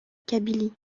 kabylie